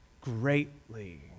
greatly